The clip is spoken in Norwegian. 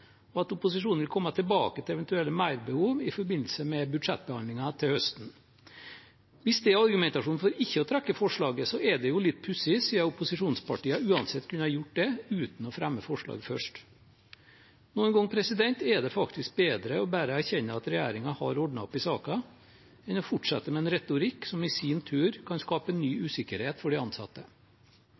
og at opposisjonen vil komme tilbake til eventuelle merbehov i forbindelse med budsjettbehandlingen til høsten. Hvis det er argumentasjon for ikke å trekke forslaget, er det litt pussig, siden opposisjonspartiene kunne gjort det uansett uten å fremme forslag først. Noen ganger er det faktisk bedre bare å erkjenne at regjeringen har ordnet opp i saken, enn å fortsette med en retorikk som i sin tur kan skape ny usikkerhet for de ansatte.